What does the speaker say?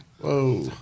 Whoa